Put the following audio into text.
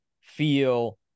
feel